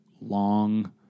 long